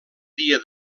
dia